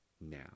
now